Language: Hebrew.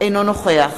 אינו נוכח